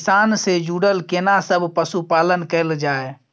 किसान से जुरल केना सब पशुपालन कैल जाय?